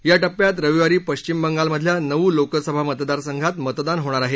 या टप्प्यात रविवारी पक्षिम बंगालमधल्या नऊ लोकसभा मतदारसंघात मतदान होणार आहे